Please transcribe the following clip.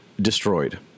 destroyed